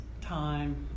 time